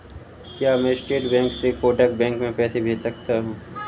क्या मैं state bank से कोटक बैंक में पैसे भेज सकता हूँ?